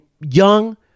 young